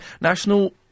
National